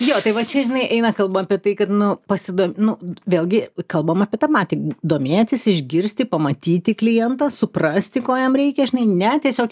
jo tai va čia žinai eina kalba apie tai kad nu pasido nu vėlgi kalbam apie tą patį domėtis išgirsti pamatyti klientą suprasti ko jam reikia žinai ne tiesiog